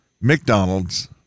McDonald's